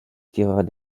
tireurs